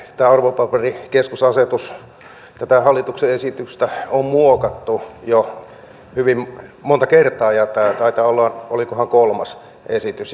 tätä arvopaperikeskusasetusta tätä hallituksen esitystä on muokattu jo hyvin monta kertaa ja tämä taitaa olla olikohan kolmas esitys